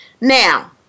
Now